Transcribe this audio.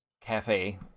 cafe